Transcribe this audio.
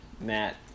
Matt